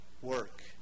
work